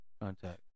contact